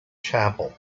chapel